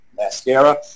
mascara